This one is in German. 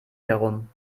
herum